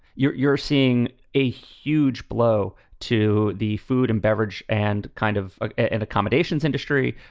you're you're seeing a huge blow to the food and beverage and kind of ah and accommodations, industry,